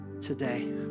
today